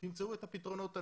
תמצאו את הפתרונות הנכונים.